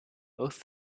both